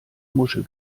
muschel